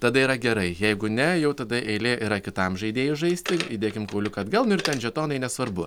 tada yra gerai jeigu ne jau tada eilė yra kitam žaidėjui žaisti įdėkim kauliuką atgal nu ir ten žetonai nesvarbu